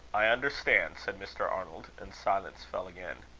i understand, said mr. arnold and silence fell again.